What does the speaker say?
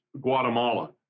Guatemala